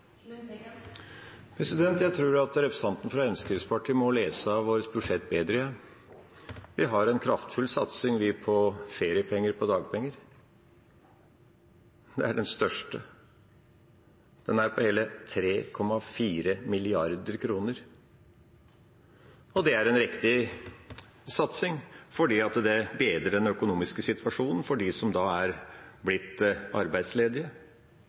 Jeg tror representanten fra Fremskrittspartiet må lese vårt budsjett bedre. Vi har en kraftfull satsing på feriepenger på dagpenger. Det er den største. Den er på hele 3,4 mrd. kr, og det er en riktig satsing fordi det bedrer den økonomiske situasjonen for dem som er blitt arbeidsledige.